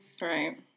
Right